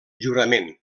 jurament